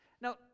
Now